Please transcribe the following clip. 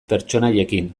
pertsonaiekin